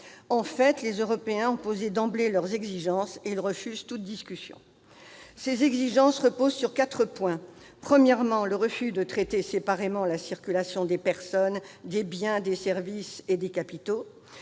En fait, les Européens ont posé d'emblée leurs exigences et ils refusent toute discussion. Ces exigences reposent sur quatre points : premièrement, le refus de traiter séparément la circulation des personnes, des biens, des services et des capitaux